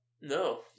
no